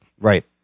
right